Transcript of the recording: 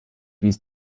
wies